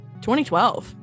2012